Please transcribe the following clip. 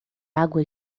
água